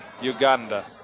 Uganda